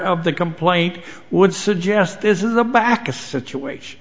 of the complaint would suggest this is the back a situation